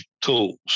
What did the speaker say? tools